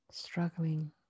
struggling